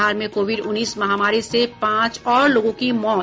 बिहार में कोविड उन्नीस महामारी से पांच और लोगों की मौत